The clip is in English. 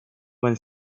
when